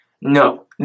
no